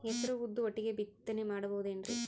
ಹೆಸರು ಉದ್ದು ಒಟ್ಟಿಗೆ ಬಿತ್ತನೆ ಮಾಡಬೋದೇನ್ರಿ?